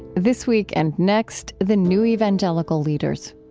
this week and next, the new evangelical leaders.